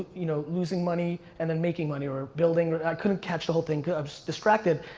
you know, losing money and then making money or building, i couldn't catch the whole thing cause i was distracted.